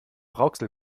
rauxel